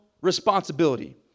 responsibility